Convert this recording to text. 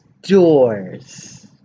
doors